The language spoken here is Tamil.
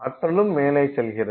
ஆற்றலும் மேலே செல்கிறது